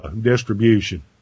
distribution